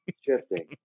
Shifting